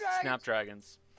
snapdragons